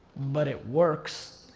but it works.